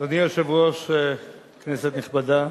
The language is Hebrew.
אדוני היושב-ראש, כנסת נכבדה,